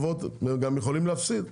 וגם יכולים להפסיד,